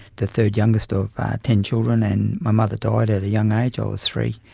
the third youngest of ten children, and my mother died at a young age, i was three,